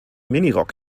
minirock